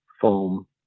foam